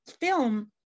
film